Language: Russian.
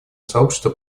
сообщество